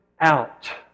out